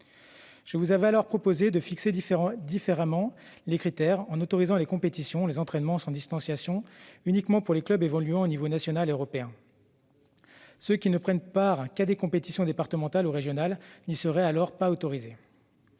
Je vous ai alors proposé de fixer différemment les critères, en autorisant les compétitions et les entraînements sans distanciation uniquement pour les clubs évoluant à l'échelle nationale ou européenne. Ceux qui ne prennent part qu'à des compétitions départementales ou régionales n'y seraient pas autorisés.